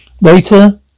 Later